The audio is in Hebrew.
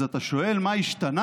אז אתה שואל מה השתנה?